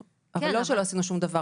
זה לא שלא עשינו שום דבר.